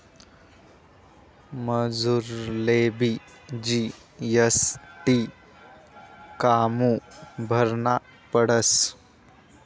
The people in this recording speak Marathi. मजुरलेबी जी.एस.टी कामु भरना पडस?